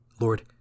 Lord